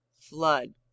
Flood